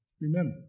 Remember